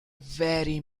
very